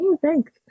thanks